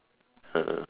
uh